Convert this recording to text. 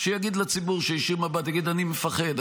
שיגיד לציבור, שיישיר מבט ויגיד: אני מפחד.